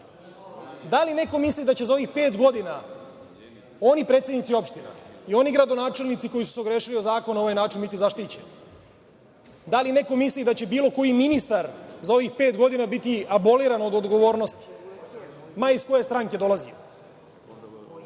da li neko misli da će za ovih pet godina oni predsednici opština i oni gradonačelnici koji su se ogrešili o zakon na ovaj način biti zaštićeni? Da li neko misli da će bilo koji ministar za ovih pet godina biti aboliran od odgovornosti, ma iz koje stranke dolazio?